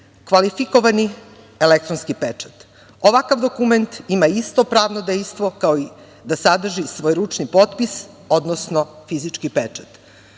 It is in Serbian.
kvalifikovani elektronski pečat. Ovakav dokument ima isto pravno dejstvo, kao i da sadrži svojeručni potpis, odnosno fizički pečat. Zakon